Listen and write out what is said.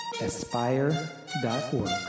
aspire.org